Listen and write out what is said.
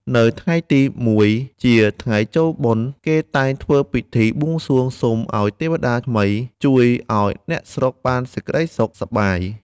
នៅថ្ងៃទី ១ ជាថ្ងៃចូលបុណ្យ គេតែងធ្វើពិធីបួងសួងសូមឱ្យទេវតាថ្មីជួយឱ្យអ្នកស្រុកបានសេចក្តីសុខ សប្បាយ ។